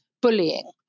bullying